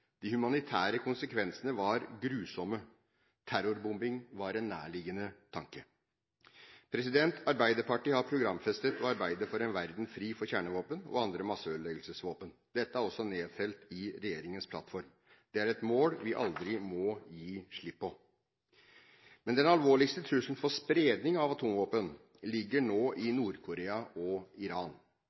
De humanitære konsekvensene var grusomme. Terrorbombing var en nærliggende tanke. Arbeiderpartiet har programfestet å arbeide for en verden fri for kjernevåpen og andre masseødeleggelsesvåpen. Dette er også nedfelt i regjeringens plattform. Det er et mål vi aldri må gi slipp på. Men den alvorligste trusselen for spredning av atomvåpen ligger nå i Nord-Korea og Iran.